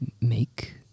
make